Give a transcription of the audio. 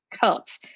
cut